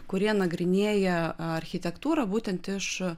kurie nagrinėja architektūrą būtent iš